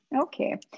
Okay